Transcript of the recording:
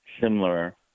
similar